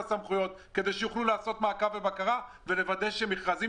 סמכויות כדי שיוכלו לעשות מעקב ובקרה ולוודא שמכרזים